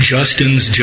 Justin's